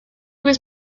was